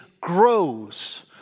grows